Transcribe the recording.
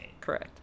Correct